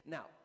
Now